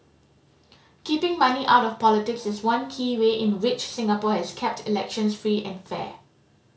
keeping money out of politics is one key way in which Singapore has kept elections free and fair